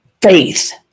faith